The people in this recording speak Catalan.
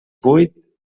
buit